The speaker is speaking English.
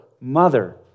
mother